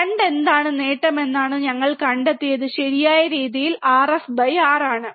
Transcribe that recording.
2 എന്താണ് നേട്ടമെന്ന് ഞങ്ങൾ കണ്ടെത്തിയത് ശരിയായ രീതിയിൽ RfR ആണ്